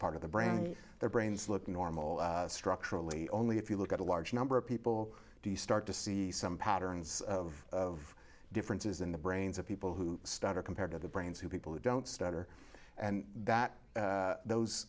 part of the brain and their brains look normal structurally only if you look at a large number of people do you start to see some patterns of differences in the brains of people who stutter compared to the brains to people who don't stutter and that those